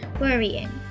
worrying